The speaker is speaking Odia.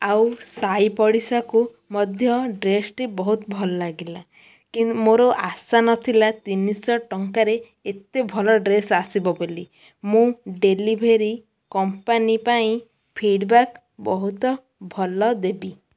ଆଉ ସାହି ପଡ଼ିଶାକୁ ମଧ୍ୟ ଡ୍ରେସ୍ଟି ବହୁତ ଭଲ ଲାଗିଲା କି ମୋର ଆଶା ନଥିଲା ତିନିଶହ ଟଙ୍କାରେ ଏତେ ଭଲ ଡ୍ରେସ୍ ଆସିବ ବୋଲି ମୁଁ ଡେଲିଭରି କମ୍ପାନୀ ପାଇଁ ଫିଡ଼ବ୍ୟାକ୍ ବହୁତ ଭଲ ଦେବି